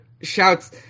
shouts